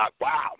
Wow